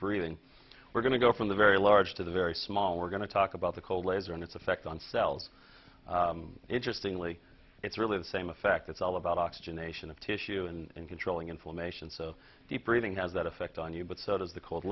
breathing we're going to go from the very large to the very small we're going to talk about the cold laser and its effect on cells interestingly it's really the same effect it's all about oxygenation of tissue and controlling inflammation so deep breathing has that effect on you but so does the cold